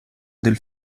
del